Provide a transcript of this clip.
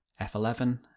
f11